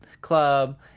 club